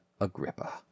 Agrippa